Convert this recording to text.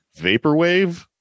Vaporwave